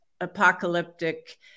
apocalyptic